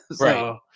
Right